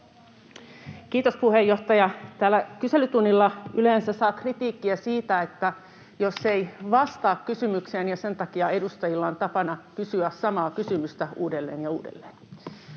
Kiitos, puheenjohtaja! Täällä kyselytunnilla yleensä saa kritiikkiä siitä, että ei vastaa kysymykseen, ja sen takia edustajilla on tapana kysyä samaa kysymystä uudelleen ja uudelleen.